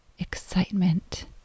excitement